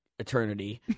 Eternity